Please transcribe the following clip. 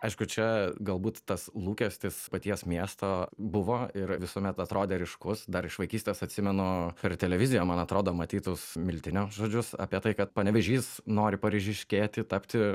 aišku čia galbūt tas lūkestis paties miesto buvo ir visuomet atrodė ryškus dar iš vaikystės atsimenu per televiziją man atrodo matytus miltinio žodžius apie tai kad panevėžys nori paryžiškėti tapti